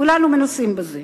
כולנו מנוסים בזה.